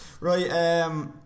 Right